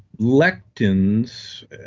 lectins,